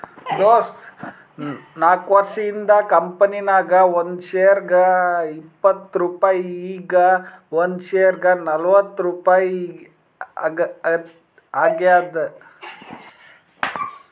ದೋಸ್ತ ನಾಕ್ವರ್ಷ ಹಿಂದ್ ಕಂಪನಿ ನಾಗ್ ಒಂದ್ ಶೇರ್ಗ ಇಪ್ಪತ್ ರುಪಾಯಿ ಈಗ್ ಒಂದ್ ಶೇರ್ಗ ನಲ್ವತ್ ರುಪಾಯಿ ಆಗ್ಯಾದ್